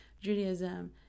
Judaism